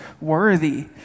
worthy